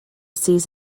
sees